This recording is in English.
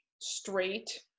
straight